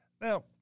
Now